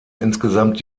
insgesamt